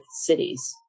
cities